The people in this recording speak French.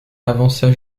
avança